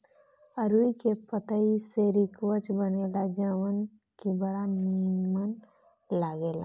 अरुई के पतई से रिकवच बनेला जवन की बड़ा निमन लागेला